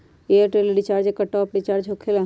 Airtel recharge एकर top up recharge होकेला?